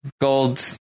Gold